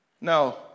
No